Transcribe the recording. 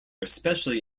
especially